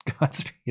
godspeed